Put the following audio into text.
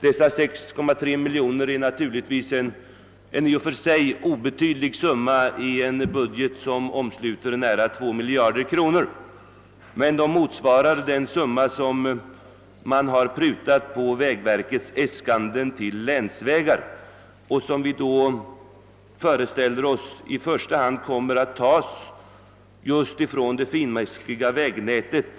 Dessa 6,3 miljoner kronor är naturligtvis i och för sig en obetydlig summa i en budget som omsluter nära 2 miljarder kronor, men de motsvarar det belopp som man har prutat på vägverkets äskanden till länsvägar och som — föreställer vi oss — i första hand kommer att tas just från det finmaskiga vägnätet.